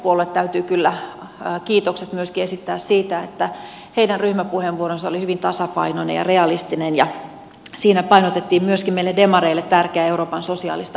keskustapuolueelle täytyy kyllä kiitokset myöskin esittää siitä että heidän ryhmäpuheenvuoronsa oli hyvin tasapainoinen ja realistinen ja siinä painotettiin myöskin meille demareille tärkeää euroopan sosiaalista ulottuvuutta